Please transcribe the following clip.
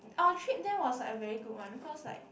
our trip there was like a very good one cause like